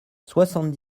soixante